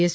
S